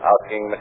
Asking